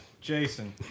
Jason